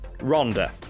Ronda